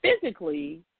Physically